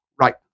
Right